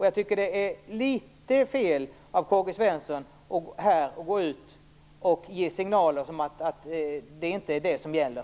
Jag tycker det är litet fel av K-G Svenson att här ge signaler om att det inte är det som gäller.